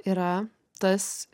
yra tas